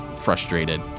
frustrated